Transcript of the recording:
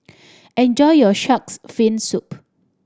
enjoy your Shark's Fin Soup